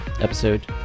episode